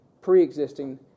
pre-existing